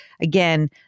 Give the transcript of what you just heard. again